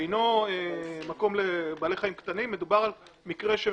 שאינו מקום לבעלי חיים קטנים מדובר במקרה של